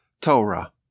Torah